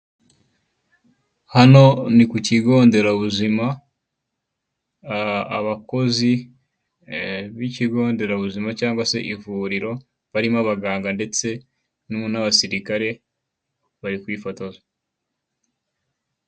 Hano ni ku kigo nderabuzima, abakozi b'ikigo nderabuzima cyangwa se bivuriro, barimo abaganga ndetse n'abasirikare bari kwifotoza.